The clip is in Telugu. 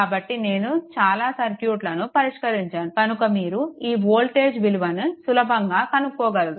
కాబట్టి నేను చాలా సర్క్యూట్లను పరిష్కరించాను కనుక మీరు ఈ వోల్టేజ్ విలువను సులభంగా కనుక్కోగలరు